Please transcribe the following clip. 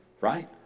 right